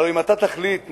הלוא אם אתה תחליט מחר,